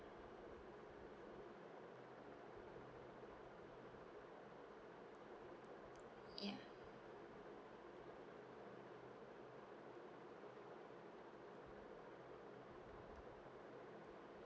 yeah